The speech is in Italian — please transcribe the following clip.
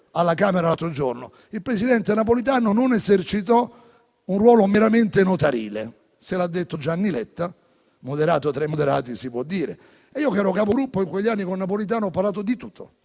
il presidente Napolitano non esercitò un ruolo meramente notarile. Se l'ha detto Gianni Letta, moderato tra i moderati, si può dire. Io, che ero Capogruppo in quegli anni e che con Napolitano ho parlato di tutto